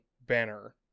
banner